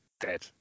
dead